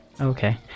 Okay